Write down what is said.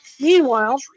Meanwhile